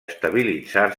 estabilitzar